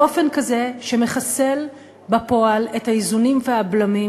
באופן כזה שמחסל בפועל את האיזונים והבלמים